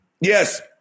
Yes